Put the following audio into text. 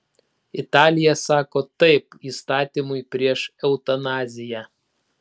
italija sako taip įstatymui prieš eutanaziją